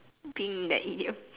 being that idiom